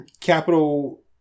Capital